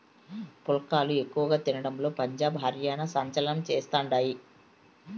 పుల్కాలు ఎక్కువ తినడంలో పంజాబ్, హర్యానా సంచలనం చేస్తండాయి